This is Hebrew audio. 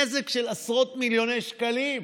זה נזק של עשרות מיליוני שקלים.